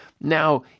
Now